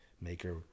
maker